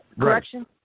correction